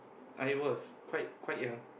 I was quite quite young